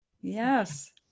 Yes